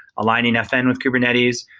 aligning fn with kubernetes,